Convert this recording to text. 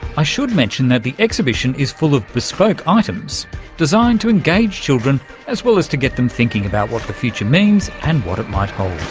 i should mention that the exhibition is full of bespoke items designed to engage children as well as to get them thinking about what the future means and what it might hold.